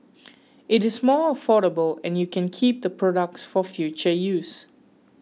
it is more affordable and you can keep the products for future use